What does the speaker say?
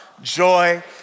joy